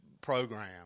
program